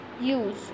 use